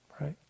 right